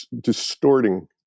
distorting